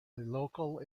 local